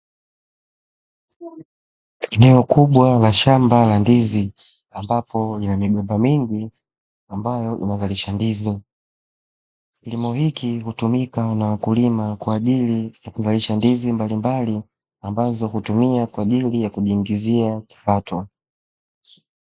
Eneo kubwa la shamba la ndizi ambapo lina migomba mingi ambayo inazalisha ndizi, kilimo hiki hutumika na wakulima kwaajili ya kuzalisha ndizi mbalimbali ambazo hutumia kwaajili ya kujiingizia kipato.